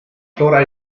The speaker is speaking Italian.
flora